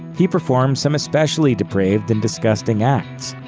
he performed some especially depraved and disgusting acts.